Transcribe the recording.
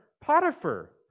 Potiphar